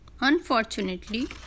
unfortunately